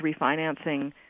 refinancing